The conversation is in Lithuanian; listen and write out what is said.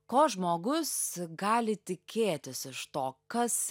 ko žmogus gali tikėtis iš to kas